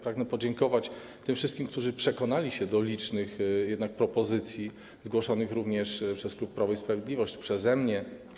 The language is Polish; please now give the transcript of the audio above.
Pragnę podziękować tym wszystkim, którzy przekonali się do licznych propozycji zgłoszonych również przez klub Prawo i Sprawiedliwość, przeze mnie.